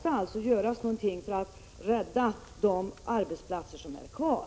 Det måste göras någonting för att rädda de arbetstillfällen som finns kvar!